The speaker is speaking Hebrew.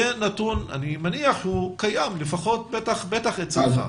אני מניח שזה נתון שקיים, בטח אצלך.